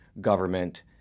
government